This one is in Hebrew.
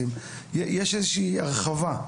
יש איזושהי הרחבה.